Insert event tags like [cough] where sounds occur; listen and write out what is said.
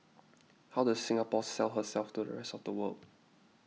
[noise] how does Singapore sell herself to the rest of the world